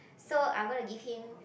so I'm gonna give him